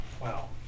Wow